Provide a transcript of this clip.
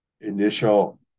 initial